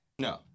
No